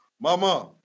mama